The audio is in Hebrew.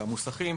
המוסכים,